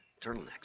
turtlenecks